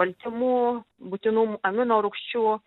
baltymų būtinų amino rūgščių